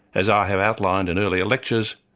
as i have outlined in earlier lectures,